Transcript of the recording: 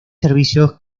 servicios